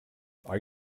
are